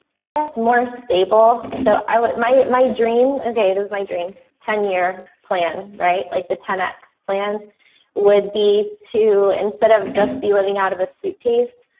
i guess more stable, so i would might my dream. okay, this is my dream ten year plan. right like the ten x plan would be to instead of just be living out of a suitcase.